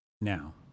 Now